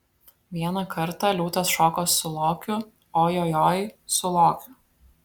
vieną kartą liūtas šoko su lokiu ojojoi su lokiu